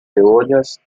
cebollas